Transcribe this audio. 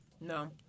No